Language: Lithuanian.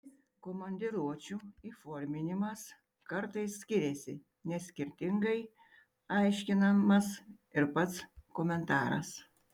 komandiruočių įforminimas kartais skiriasi nes skirtingai aiškinamas ir pats komentaras